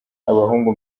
abahungu